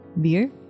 Beer